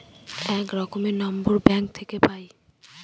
এক রকমের number bank থাকে পাই